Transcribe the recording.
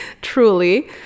truly